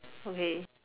okay